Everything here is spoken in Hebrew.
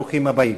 ברוכים הבאים.